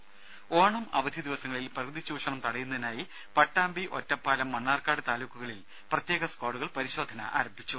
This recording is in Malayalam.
രുദ ഓണം അവധി ദിവസങ്ങളിൽ പ്രകൃതി ചൂഷണം തടയുന്നതിനായി പട്ടാമ്പി മണ്ണാർക്കാട് താലൂക്കുകളിൽ പ്രത്യേക സ്ക്വാഡുകൾ ഒറ്റപ്പാലം പരിശോധന ആരംഭിച്ചു